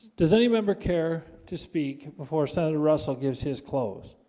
does any remember care to speak before senator russell gives his clothes